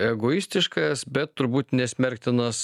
egoistiškas bet turbūt nesmerktinas